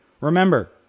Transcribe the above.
Remember